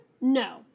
no